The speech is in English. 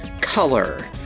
color